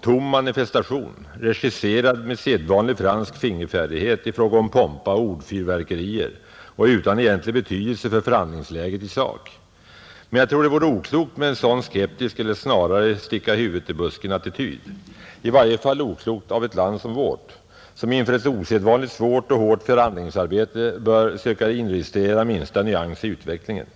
tom manifestation regisserad med sedvanlig fransk fingerfärdighet i fråga om pompa och ordfyrverkerier och utan egentlig betydelse för förhandlingsläget i sak. Men jag tror att det vore oklokt med en sådan skeptisk eller snarare ”sticka-huvudet-ibusken-attityd”, i varje fall oklokt av ett land som vårt, som inför ett osedvanligt svårt och hårt förhandlingsarbete bör söka inregistrera minsta nyans i utvecklingen.